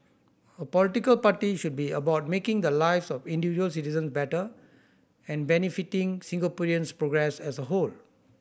a political party should be about making the lives of individual citizen better and benefiting Singaporeans progress as a whole